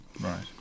Right